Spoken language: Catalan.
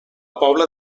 pobla